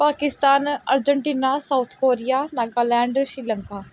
Pakistan Argentina South Korea Nagaland Sri Lanka